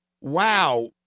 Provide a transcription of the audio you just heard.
wow